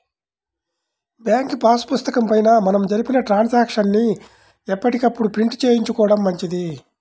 bank pass పుస్తకం పైన మనం జరిపిన ట్రాన్సాక్షన్స్ ని ఎప్పటికప్పుడు ప్రింట్ చేయించుకోడం మంచిది